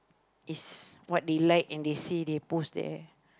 is what they like and they say they post there